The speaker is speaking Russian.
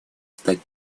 стать